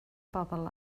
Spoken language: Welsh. bobl